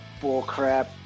bullcrap